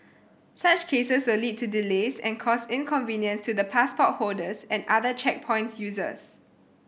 such cases a lead to delays and cause inconvenience to the passport holders and other checkpoints users